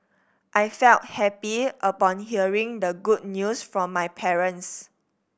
I felt happy upon hearing the good news from my parents